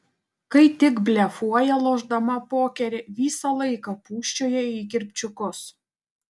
kai tik blefuoja lošdama pokerį visą laiką pūsčioja į kirpčiukus